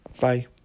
Bye